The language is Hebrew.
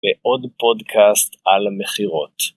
ועוד פודקאסט על המכירות.